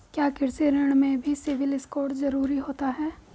क्या कृषि ऋण में भी सिबिल स्कोर जरूरी होता है?